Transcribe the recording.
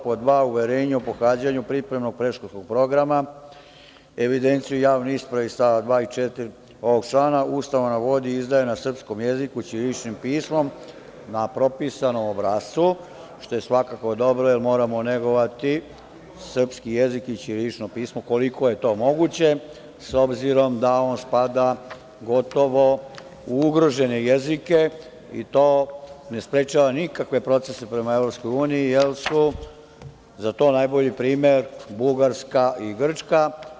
Pod dva, uverenje o pohađanju pripremnog, predškolskog programa, evidenciju javne isprave iz stava 2. i 4. ovog člana, ustanova vodi i izdaje na srpskom jeziku, ćiriličnim pismom na propisanom obrascu, što je svakako dobro jer moramo negovati srpski jezik i ćirilično pismo koliko je to moguće, s obzirom da on spada gotovo u ugrožene jezike i to ne sprečava nikakve procese prema EU, jer su za to najbolji primer Bugarska i Grčka.